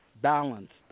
balanced